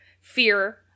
fear